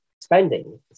spending